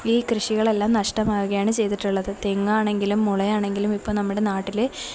ഈ കൃഷികളെല്ലാം നഷ്ടമാകുകയാണ് ചെയ്തിട്ടുള്ളത് തെങ്ങാണെങ്കിലും മുളയാണെങ്കിലും ഇപ്പോള് നമ്മുടെ നാട്ടില്